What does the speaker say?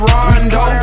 Rondo